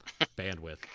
bandwidth